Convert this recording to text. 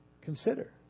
Consider